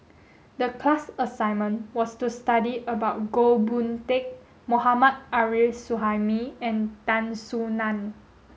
the class assignment was to study about Goh Boon Teck Mohammad Arif Suhaimi and Tan Soo Nan